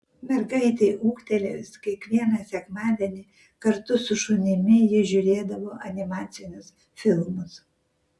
mergaitei ūgtelėjus kiekvieną sekmadienį kartu su šunimi ji žiūrėdavo animacinius filmus